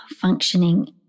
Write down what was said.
functioning